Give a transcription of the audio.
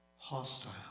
hostile